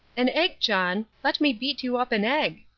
an egg, john let me beat you up an egg.